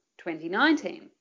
2019